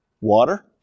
water